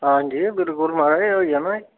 हां जी बिलकुल महाराज होई जाना एह्